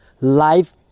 life